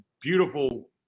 beautiful